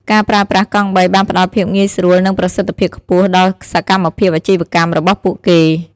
ការប្រើប្រាស់កង់បីបានផ្តល់ភាពងាយស្រួលនិងប្រសិទ្ធភាពខ្ពស់ដល់សកម្មភាពអាជីវកម្មរបស់ពួកគេ។